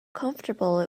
comfortable